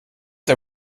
der